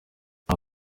nta